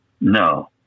No